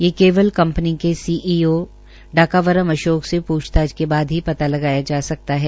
ये केवल कंपनी के सीईओ डाकावरम अशोक से पृछताछ के बाद ही लगाया जा सकता है